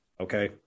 Okay